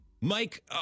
mike